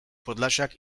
podlasiak